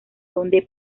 donde